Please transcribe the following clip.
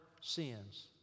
sins